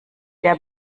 der